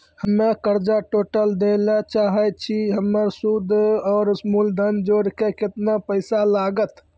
हम्मे कर्जा टोटल दे ला चाहे छी हमर सुद और मूलधन जोर के केतना पैसा लागत?